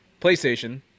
PlayStation